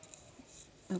yup